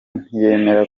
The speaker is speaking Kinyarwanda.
ntiyemera